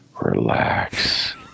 relax